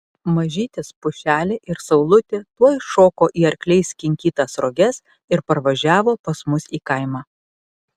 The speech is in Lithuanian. mažytis pušelė ir saulutė tuoj šoko į arkliais kinkytas roges ir parvažiavo pas mus į kaimą